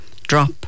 drop